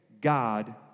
God